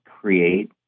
create